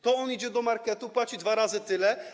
To on idzie do marketu i płaci dwa razy tyle.